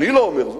אני לא אומר זאת.